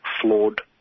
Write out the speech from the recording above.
flawed